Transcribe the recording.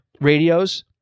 radios